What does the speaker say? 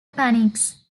panics